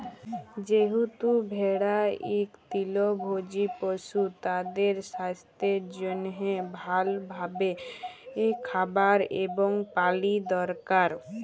যেহেতু ভেড়া ইক তৃলভজী পশু, তাদের সাস্থের জনহে ভাল ভাবে খাবার এবং পালি দরকার